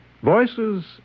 Voices